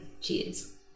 Cheers